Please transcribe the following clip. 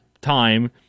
time